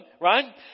right